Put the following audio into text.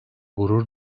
gurur